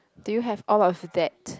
do you have all of that